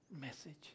message